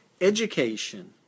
education